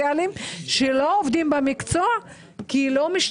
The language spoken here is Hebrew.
נלחמנו כדי להגיע